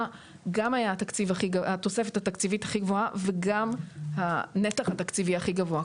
הייתה התוספת התקציבית הגבוהה ביותר וגם הנתח התקציבי הכי גבוה,